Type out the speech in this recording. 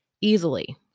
easily